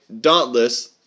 Dauntless